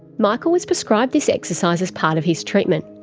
michael was prescribed this exercise as part of his treatment,